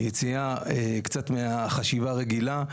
היא קצת יציאה מהחשיבה הרגילה,